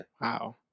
Wow